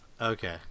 Okay